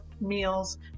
meals